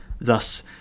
Thus